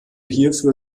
hierfür